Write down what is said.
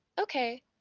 okay